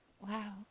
Wow